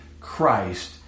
Christ